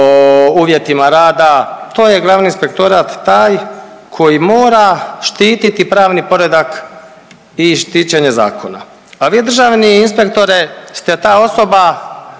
uvjetima rad, to je glavni inspektorat taj koji mora štiti pravni poredak i štićenje zakona. A vi državni inspektore ste ta osoba